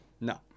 No